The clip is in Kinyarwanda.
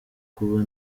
kuba